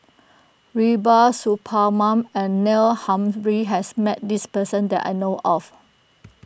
Rubiah Suparman and Neil Humphreys has met this person that I know of